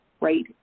right